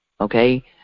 okay